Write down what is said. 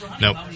Nope